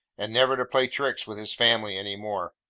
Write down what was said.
and never to play tricks with his family any more.